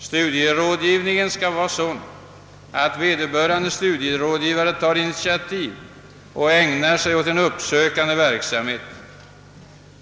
Studierådgivningen skall vara sådan, att vederbörande studierådgivare tar initiativ och ägnar sig åt en uppsökande verksamhet.